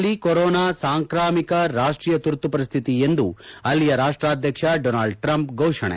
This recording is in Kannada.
ಅಮೆರಿಕದಲ್ಲಿ ಕೊರೊನಾ ಸಾಂಕ್ರಾಮಿಕ ರಾಷ್ಷೀಯ ತುರ್ತುಪರಿಶ್ಲಿತಿ ಎಂದು ಅಲ್ಲಿಯ ರಾಷ್ಲಾಧ್ಯಕ್ಷ ಡೊನಾಲ್ಡ್ ಟ್ರಂಪ್ ಘೋಷಣೆ